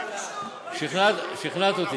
זורקים, אבל, שכנעת אותי.